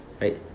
Right